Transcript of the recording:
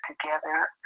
together